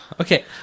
Okay